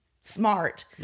smart